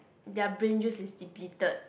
their brain juice is depleted